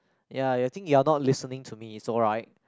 ya I think you are not listening to me it's alright